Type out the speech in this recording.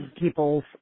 people's